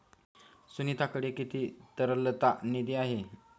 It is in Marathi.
सुनीताकडे किती तरलता निधी आहे?